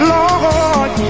Lord